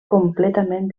completament